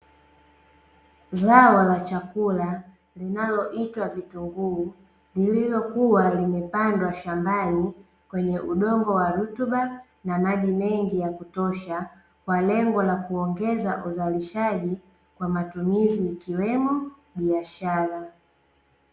Zao la chakula linaloitwa vitunguu lililokuwa limepandwa shambani kwenye udongo wa rutuba na maji mengi ya kutosha kwa lengo la kuongeza uzalishaji kwa matumizi ikiwemo biashara.